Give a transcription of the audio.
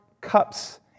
Cups